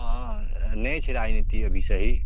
हँ नहि छै राजनीति अभी सही